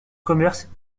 commerce